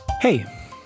Hey